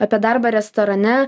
apie darbą restorane